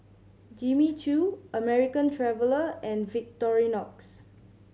Jimmy Choo American Traveller and Victorinox